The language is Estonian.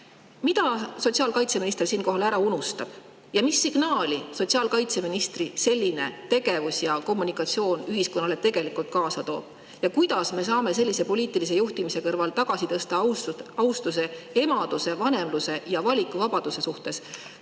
Mida sotsiaalkaitseminister siinkohal ära unustab? Mis signaali sotsiaalkaitseministri selline tegevus ja kommunikatsioon ühiskonnale tegelikult annab? Ja kuidas me saaksime sellise poliitilise juhtimise kõrval taastada austuse emaduse, [üldse] vanemluse vastu,